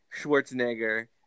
Schwarzenegger